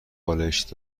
بالشت